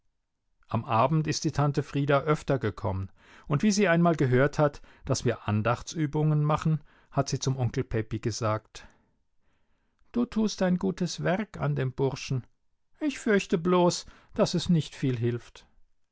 am abend ist die tante frieda öfter gekommen und wie sie einmal gehört hat daß wir andachtsübung machen hat sie zum onkel pepi gesagt du tust ein gutes werk an dem burschen ich fürchte bloß daß es nicht viel hilft